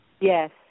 Yes